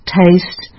taste